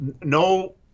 no